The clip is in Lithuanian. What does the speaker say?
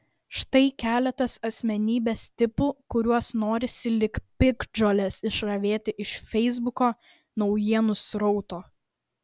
štai keletas asmenybės tipų kuriuos norisi lyg piktžoles išravėti iš feisbuko naujienų srauto